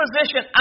position